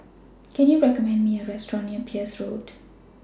Can YOU recommend Me A Restaurant near Peirce Road